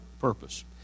purpose